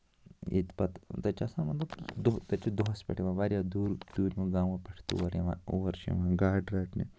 ییٚتہِ پَتہٕ تَتہِ چھِ آسان مطلب دۄ تَتہِ چھُ دۄہَس پٮ۪ٹھ یِوان واریاہ دوٗرِ دوٗرمیو گامو پٮ۪ٹھ تور یِوان اور چھِ یِوان گاڈٕ رَٹنہِ